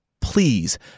please